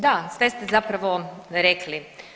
Da, sve ste zapravo rekli.